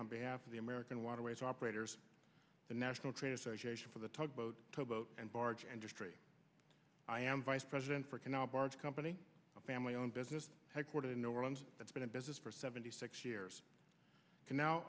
on behalf of the american waterways operators the national trade association for the tugboat boat and barge and just three i am vice president for canal barge company a family owned business headquartered in new orleans that's been in business for seventy six years and now